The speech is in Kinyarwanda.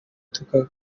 tugakina